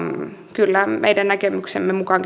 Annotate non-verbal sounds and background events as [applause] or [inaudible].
kyllä keskustassa meidän näkemyksemme mukaan [unintelligible]